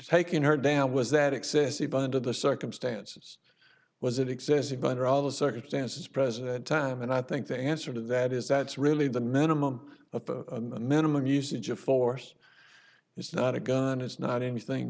taking her down was that excessive under the circumstances was it existing bone or all the circumstances president time and i think the answer to that is that's really the minimum of a minimum usage of force it's not a gun it's not anything